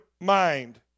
mind